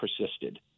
persisted